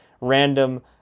random